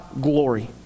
glory